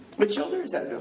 which shoulder is that,